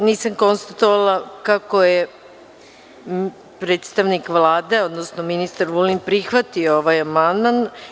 Pošto nisam konstatovala kako je predstavnik Vlade, odnosno ministar Vulin prihvatio ovaj amandman.